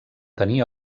tenir